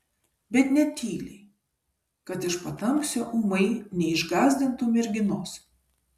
bet ne tyliai kad iš patamsio ūmai neišgąsdintų merginos